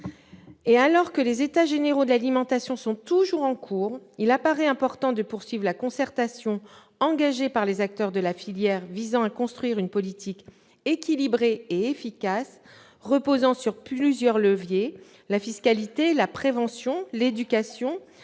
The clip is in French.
et alors que les états généraux de l'alimentation sont toujours en cours, il apparaît important de poursuivre la concertation engagée par les acteurs de la filière - celle-ci vise à construire une politique équilibrée et efficace, reposant sur plusieurs leviers, fiscalité, prévention, éducation